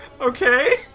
Okay